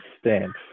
stamp